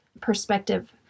perspective